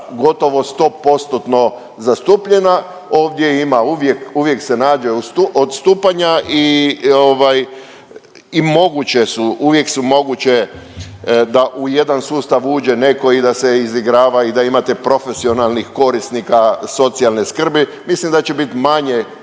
gotovo 100 postotno zastupljena, ovdje ima uvijek, uvijek se nađe odstupanja i ovaj, i moguće su, uvijek su moguće da u jedan sustav uđe netko i da se izigrava i da imate profesionalnih korisnika socijalne skrbi, mislim da će biti manje